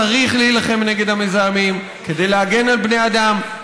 צריך להילחם נגד המזהמים כדי להגן על בני אדם,